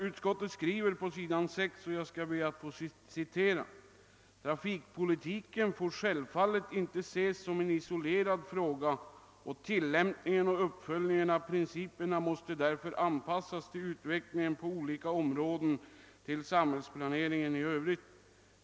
Utskottet skriver på s. 6: >Trafikpolitiken får självfallet inte ses som en isolerad fråga och tillämpningen och uppföljningen av principerna måste därför anpassas till utvecklingen på olika områden och till samhällsplaneringen i övrigt.